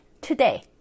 today